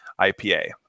IPA